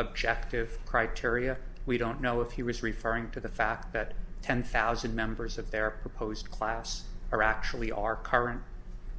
objective criteria we don't know if he was referring to the fact that ten thousand members of their proposed class are actually our current